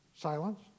silence